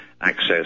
access